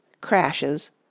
crashes